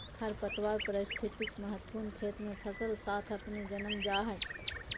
खरपतवार पारिस्थितिक महत्व खेत मे फसल साथ अपने जन्म जा हइ